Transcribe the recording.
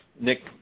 Nick